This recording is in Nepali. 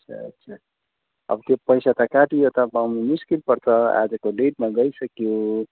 ए अब त्यो पैसा त काटियो त पाउनु मुस्किल पर्छ आजको डेटमा गइसक्यो